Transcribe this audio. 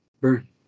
Burn